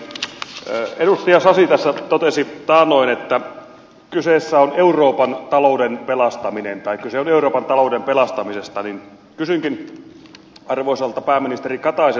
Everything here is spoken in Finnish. kun edustaja sasi tässä totesi taannoin että kyseessä on euroopan talouden pelastaminen tai kyse oli euroopan talouden pelastamisesta niin kysynkin arvoisalta pääministeri kataiselta